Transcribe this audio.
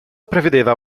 prevedeva